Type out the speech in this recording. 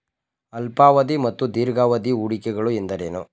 ಅಲ್ಪಾವಧಿ ಮತ್ತು ದೀರ್ಘಾವಧಿ ಹೂಡಿಕೆಗಳು ಎಂದರೇನು?